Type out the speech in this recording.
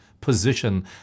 position